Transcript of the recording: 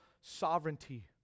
sovereignty